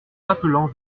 appelant